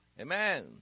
Amen